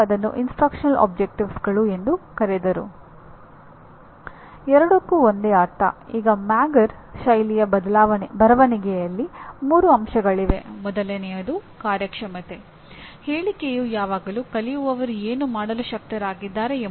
engineering ಪ್ರೋಗ್ರಾಂನ ಕಲಿಕೆಯ ಪರಿಣಾಮಗಳನ್ನು ತಿಳಿಯಲು ಮೊದಲು ಉತ್ತಮ ಎಂಜಿನಿಯರ್ ಶಿಕ್ಷಣ ಬೋಧನೆ ಕಲಿಕೆ ಮೌಲ್ಯಮಾಪನ ಮತ್ತು ಸೂಚನೆಯ ಗುಣಲಕ್ಷಣಗಳ ತಿಳುವಳಿಕೆಯ ಅಗತ್ಯವಿದೆ